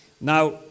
Now